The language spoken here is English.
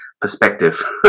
perspective